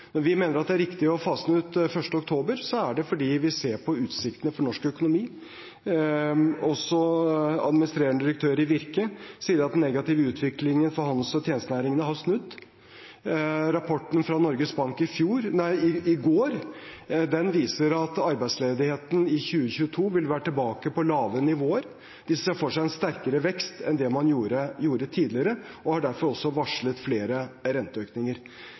riktig å fase dette ut fra 1. oktober, er det fordi vi ser på utsiktene for norsk økonomi. Også administrerende direktør i Virke sier at den negative utviklingen for handels- og tjenestenæringene har snudd. Rapporten fra Norges Bank i går viser at arbeidsledigheten i 2022 vil være tilbake på lave nivåer. De ser for seg en sterkere vekst enn man gjorde tidligere, og har derfor også varslet flere renteøkninger.